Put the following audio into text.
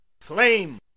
flame